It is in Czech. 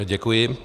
Děkuji.